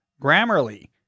Grammarly